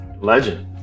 Legend